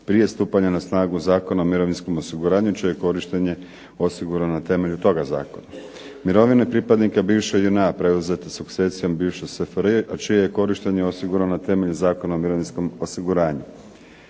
prije stupanja na snagu Zakona o mirovinskom osiguranju, čije je korištenje osigurano na temelju toga zakona. Mirovine pripadnike bivše JNA preuzete sukcesijom bivše SFRJ, a čije je korištenje osigurano na temelju Zakona o mirovinskom osiguranju.